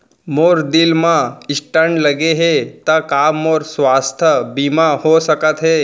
मोर दिल मा स्टन्ट लगे हे ता का मोर स्वास्थ बीमा हो सकत हे?